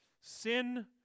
sin